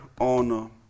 on